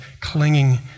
clinging